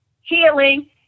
healing